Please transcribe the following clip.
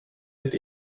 ditt